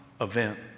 event